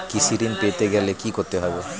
কৃষি ঋণ পেতে গেলে কি করতে হবে?